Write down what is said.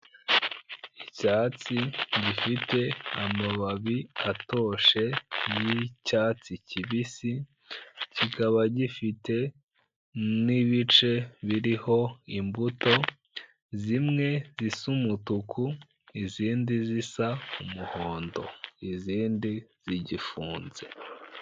Icyatsi gifite amababi atoshye n'icyatsi kibisi, kikaba gifite n'ibice biriho imbuto, zimwe zisa umutuku, izindi zisa umuhondo, izindi zigifunze.